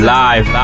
live